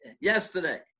Yesterday